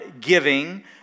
giving